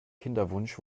kinderwunsch